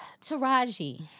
Taraji